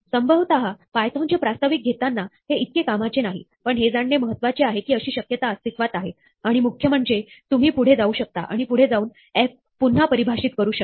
संभवतः पायथोन चे प्रास्ताविक घेताना हे इतके कामाचे नाही पण हे जाणणे महत्त्वाचे आहे की अशी शक्यता अस्तित्वात आहे आणि मुख्य म्हणजे तुम्ही पुढे जाऊ शकता आणि पुढे जाऊन f पुन्हा परिभाषित करू शकता